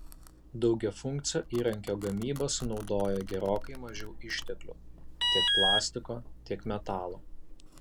daugiafunkcio įrankio gamyba sunaudoja gerokai mažiau išteklių tiek plastiko tiek metalo